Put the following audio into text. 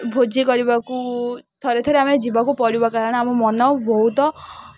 ଭୋଜି କରିବାକୁ ଥରେ ଥରେ ଆମେ ଯିବାକୁ ପଡ଼ିବ କାରଣ ଆମ ମନ ବହୁତ